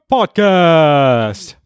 Podcast